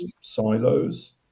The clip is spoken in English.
silos